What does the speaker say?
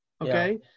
Okay